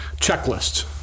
Checklists